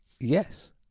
yes